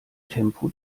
tempo